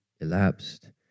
elapsed